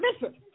listen